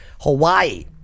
Hawaii